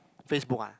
FaceBook ah